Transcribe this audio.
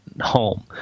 home